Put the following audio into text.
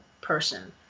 person